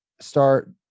start